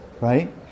right